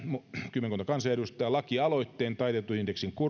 kymmenkunta kansanedustajaa lakialoitteen taitetun indeksin